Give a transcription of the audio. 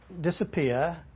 disappear